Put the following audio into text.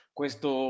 questo